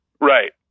Right